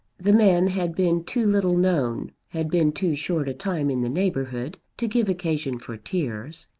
the man had been too little known, had been too short a time in the neighbourhood, to give occasion for tears.